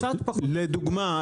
לדוגמה,